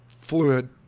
fluid